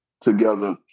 together